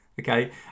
okay